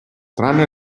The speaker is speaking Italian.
tranne